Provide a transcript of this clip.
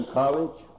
college